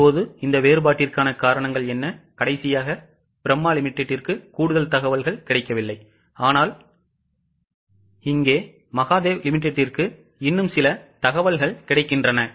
இப்போது இந்த வேறுபாட்டிற்கான காரணங்கள் என்ன கடைசியாக பிரம்மா லிமிடெட்டிற்கு கூடுதல் தகவல்கள் கிடைக்கவில்லை ஆனால் இங்கே மகாதேவ் லிமிடெட்டிற்கு இன்னும் சில தகவல்கள் கிடைக்கின்றன